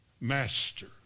master